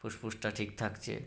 ফুসফুসটা ঠিক থাকছে